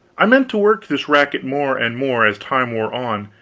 i meant to work this racket more and more, as time wore on,